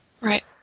Right